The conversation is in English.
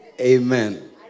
Amen